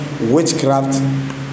witchcraft